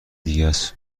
دیگس